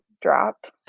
dropped